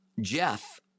Jeff